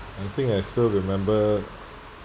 I think I still remember